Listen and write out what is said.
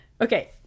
okay